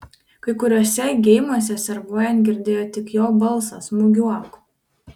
kai kuriuose geimuose servuojant girdėjo tik jo balsą smūgiuok